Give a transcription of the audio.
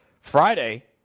Friday